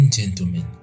Gentlemen